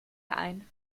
ein